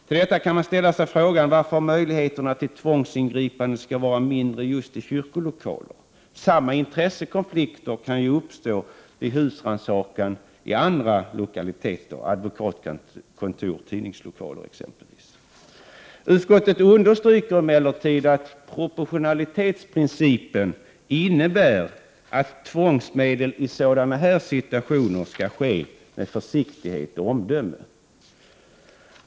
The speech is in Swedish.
Till detta kan man ställa sig frågan varför möjligheterna till tvångsingripanden skall vara mindre i just kyrkolokaler. Samma intressekonflikter kan uppstå vid husrannsakan i andra lokaler, t.ex. advokatkontor och tidningslokaler. Utskottet understryker emellertid att proportionalitetsprincipen innebär att tvångsmedel i sådana situationer skall användas med försiktighet och omdöme.